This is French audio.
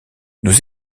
nous